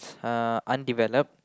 uh undeveloped